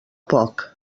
poc